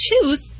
tooth